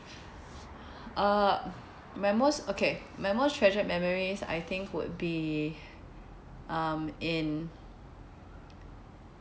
uh my most okay my most treasured memories I think would be um in